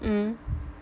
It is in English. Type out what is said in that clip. mm